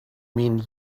mean